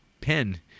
pen